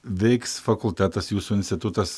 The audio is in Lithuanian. veiks fakultetas jūsų institutas